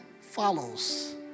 follows